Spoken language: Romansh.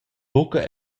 buca